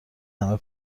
همه